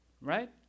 right